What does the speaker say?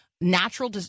natural